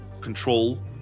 control